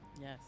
Yes